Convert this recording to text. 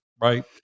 right